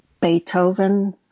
Beethoven